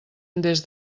des